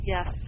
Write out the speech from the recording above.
Yes